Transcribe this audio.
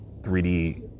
3D